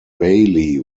bailey